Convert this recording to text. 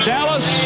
Dallas